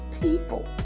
people